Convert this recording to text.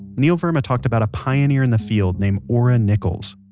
neil verma talked about a pioneer in the field named ora nichols.